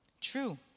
True